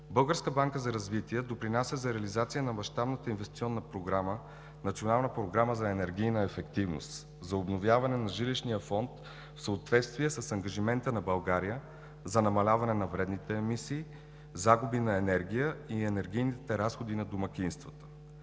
Българската банка за развитие допринася за реализация на мащабната инвестиционна програма „Национална програма за енергийна ефективност“ за обновяване на жилищния фонд в съответствие на ангажимента на България за намаляване на вредните емисии, загуби на енергия и енергийните разходи на домакинствата.